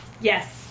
Yes